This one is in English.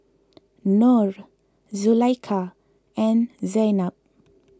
Nor Zulaikha and Zaynab